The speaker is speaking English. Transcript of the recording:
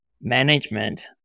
management